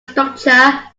structure